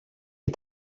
you